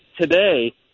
today